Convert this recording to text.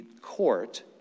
court